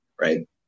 right